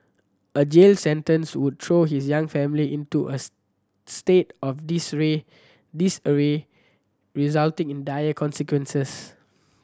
a jail sentence would throw his young family into a state of disarray resulting in dire consequences